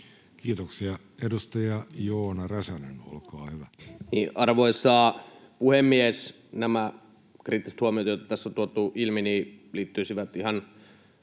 Kiitoksia. — Edustaja Joona Räsänen, olkaa hyvä. Arvoisa puhemies! Nämä kriittiset huomiot, joita tässä on tuotu ilmi, liittyisivät tähän